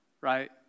right